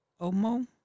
Omo